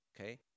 Okay